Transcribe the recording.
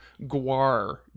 guar